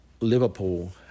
Liverpool